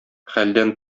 хәлдән